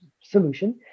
solution